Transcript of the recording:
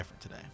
today